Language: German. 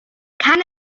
kann